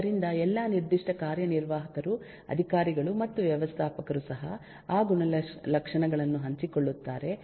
ಆದ್ದರಿಂದ ಎಲ್ಲಾ ನಿರ್ದಿಷ್ಟ ಕಾರ್ಯನಿರ್ವಾಹಕರು ಅಧಿಕಾರಿಗಳು ಮತ್ತು ವ್ಯವಸ್ಥಾಪಕರು ಸಹ ಆ ಗುಣಲಕ್ಷಣಗಳನ್ನು ಹಂಚಿಕೊಳ್ಳುತ್ತಾರೆ